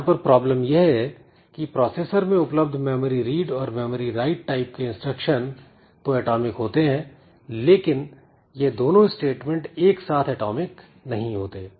यहां पर प्रॉब्लम यह है कि प्रोसेसर में उपलब्ध मेमोरी रीड और मेमोरी राइट टाइप के इंस्ट्रक्शन तो एटॉमिक होते हैं लेकिन यह दोनों स्टेटमेंट एक साथ एटॉमिक नहीं होते